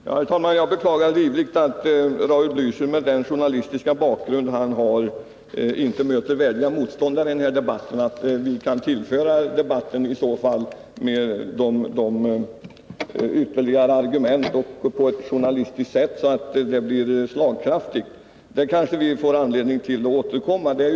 Herr talman! Jag beklagar livligt att Raul Blächer, med den journalistiska bakgrund han har, inte möter värdiga motståndare i den här debatten, så att vi kan tillföra den ytterligare argument på ett så journalistiskt sätt att de blir slagkraftiga. Men det kanske vi får anledning återkomma till.